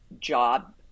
job